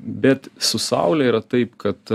bet su saule yra taip kad